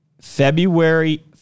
february